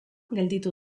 gelditu